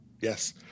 Yes